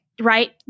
right